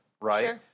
right